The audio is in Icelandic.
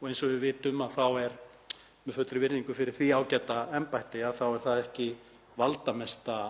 og eins og við vitum, með fullri virðingu fyrir því ágæta embætti, þá er það ekki það valdamesta